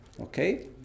Okay